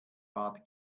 bat